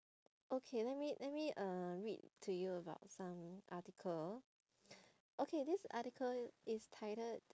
okay let me let me uh read to you about some article okay this article is titled